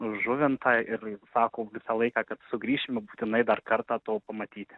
žuvintą ir sako visą laiką kad sugrįšime būtinai dar kartą to pamatyti